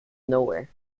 nowhere